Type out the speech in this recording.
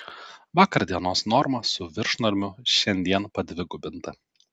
vakar dienos norma su viršnormiu šiandien padvigubinta